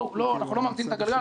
אנחנו לא ממציאים את הגלגל,